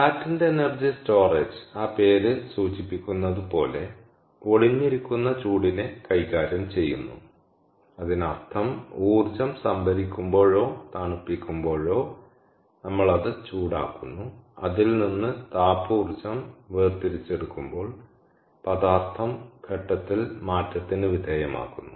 latent energy storage ആ പേര് സൂചിപ്പിക്കുന്നത് പോലെ ഒളിഞ്ഞിരിക്കുന്ന ചൂടിനെ കൈകാര്യം ചെയ്യുന്നു അതിനർത്ഥം ഊർജ്ജം സംഭരിക്കുമ്പോഴോ തണുപ്പിക്കുമ്പോഴോ നമ്മൾ അത് ചൂടാക്കുന്നു അതിൽ നിന്ന് താപ ഊർജ്ജം വേർതിരിച്ചെടുക്കുമ്പോൾ പദാർത്ഥം ഘട്ടത്തിൽ മാറ്റത്തിന് വിധേയമാകുന്നു